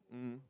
mmhmm